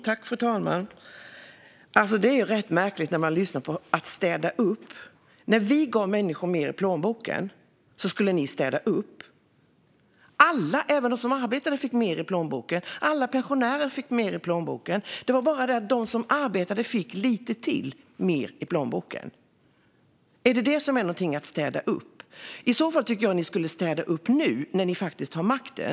Fru talman! Det är rätt märkligt när man lyssnar på detta med att städa upp. När vi gav människor mer i plånboken skulle ni städa upp. Alla, även de som arbetade, fick mer i plånboken. Alla pensionärer fick mer i plånboken. Det var bara det att de som arbetade fick lite mer i plånboken. Är det detta som är någonting att städa upp? I så fall tycker jag att ni skulle städa upp nu när ni faktiskt har makten.